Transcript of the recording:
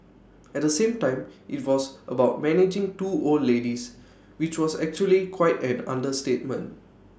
at the same time IT was about managing two old ladies which was actually quite an understatement